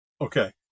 Okay